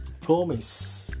promise